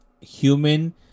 human